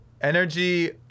Energy